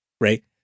Right